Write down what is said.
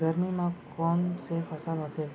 गरमी मा कोन से फसल होथे?